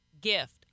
gift